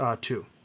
Two